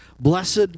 Blessed